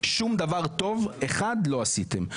שום דבר טוב אחד לא עשיתם.